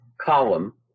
column